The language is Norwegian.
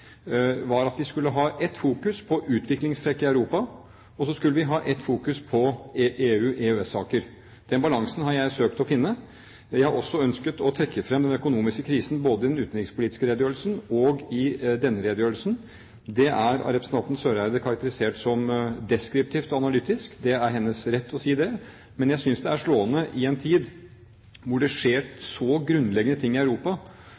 var at vi skulle ha ett fokus på utviklingstrekk i Europa, og så skulle vi ha ett fokus på EU- og EØS-saker. Den balansen har jeg søkt å finne. Jeg har også ønsket å trekke fram den økonomiske krisen både i den utenrikspolitiske redegjørelsen og i denne redegjørelsen. Det er av representanten Eriksen Søreide karakterisert som deskriptivt analytisk. Det er hennes rett å si det, men jeg synes det er slående i en tid da det skjer så grunnleggende ting i Europa,